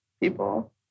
People